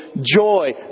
joy